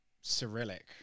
Cyrillic